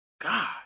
god